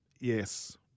Yes